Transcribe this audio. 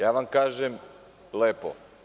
Ja vam kažem – lepo.